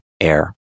air